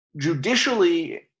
judicially